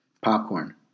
Popcorn